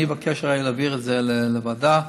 אני אבקש להעביר את זה לוועדה.